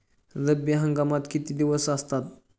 रब्बी हंगामात किती दिवस असतात?